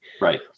right